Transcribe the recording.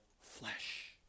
flesh